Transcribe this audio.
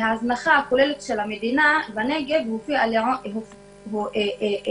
ההזנחה הכוללת של המדינה בנגב